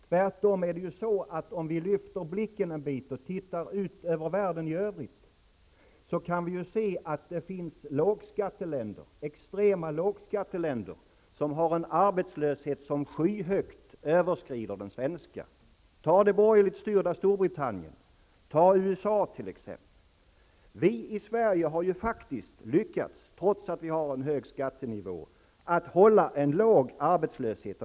Tvärtom: Lyfter vi blicken litet och ser på världen i övrigt, finner vi att det finns extrema lågskatteländer som har en arbetslöshet som skyhögt överskrider den svenska. Ta som ett exempel det borgerligt styrda Storbritannien eller USA. Sverige har ju faktiskt trots att skattenivån är hög, lyckats att hålla en låg arbetslöshet.